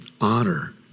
honor